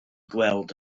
gweld